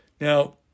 Now